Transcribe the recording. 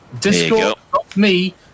discord.me